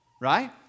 right